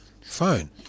fine